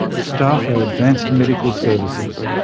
staff our advanced medical services,